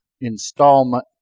installment